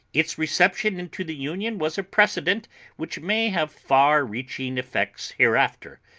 its reception into the union was a precedent which may have far-reaching effects hereafter,